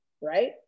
right